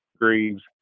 Greaves